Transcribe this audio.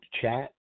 chat